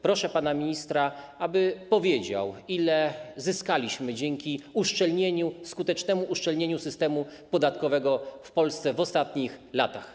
Proszę pana ministra, aby powiedział, ile zyskaliśmy dzięki skutecznemu uszczelnieniu systemu podatkowego w Polsce w ostatnich latach.